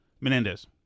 Menendez